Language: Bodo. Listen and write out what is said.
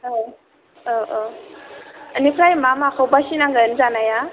औ औ बेनिफ्राय मा मा खौ बासिनांगोन जानाया